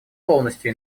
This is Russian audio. полностью